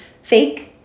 fake